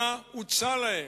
מה הוצע להם,